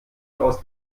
aus